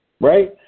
Right